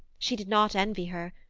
she did not envy her.